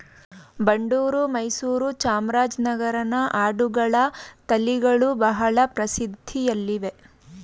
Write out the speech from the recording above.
ಬಂಡೂರು, ಮೈಸೂರು, ಚಾಮರಾಜನಗರನ ಆಡುಗಳ ತಳಿಗಳು ಬಹಳ ಪ್ರಸಿದ್ಧಿಯಲ್ಲಿವೆ